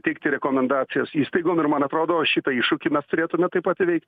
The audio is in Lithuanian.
teikti rekomendacijas įstaigom ir man atrodo šitą iššūkį mes turėtume taip pat įveikt